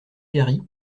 gary